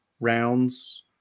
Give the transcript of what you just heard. rounds